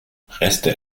reste